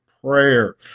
prayer